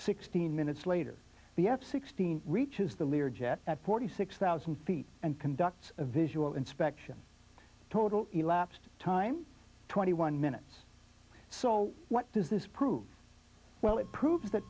sixteen minutes later the f sixteen reaches the lear jet at forty six thousand feet and conduct a visual inspection total elapsed time twenty one minutes so what does this prove well it proves that